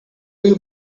you